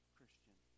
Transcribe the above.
Christian